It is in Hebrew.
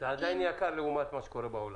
עדיין יקר לעומת מה שקורה בעולם.